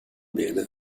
binne